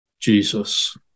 Jesus